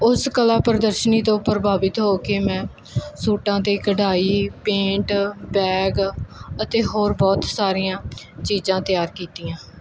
ਉਸ ਕਲਾ ਪ੍ਰਦਰਸ਼ਨੀ ਤੋਂ ਪ੍ਰਭਾਵਿਤ ਹੋ ਕੇ ਮੈਂ ਸੂਟਾਂ 'ਤੇ ਕਢਾਈ ਪੇਂਟ ਬੈਗ ਅਤੇ ਹੋਰ ਬਹੁਤ ਸਾਰੀਆਂ ਚੀਜ਼ਾਂ ਤਿਆਰ ਕੀਤੀਆਂ